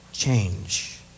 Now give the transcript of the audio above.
change